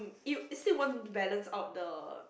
it'll it still won't balance out the